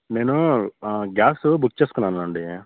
నేను gas book చేసుకున్నానండి